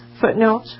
footnote